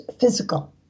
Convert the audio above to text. physical